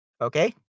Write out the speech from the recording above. Okay